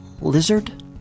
lizard